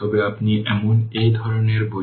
অতএব Voc 64 volt